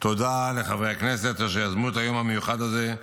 אני שולח מכאן תודה לחברי הכנסת אשר יזמו את היום המיוחד הזה,